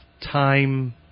time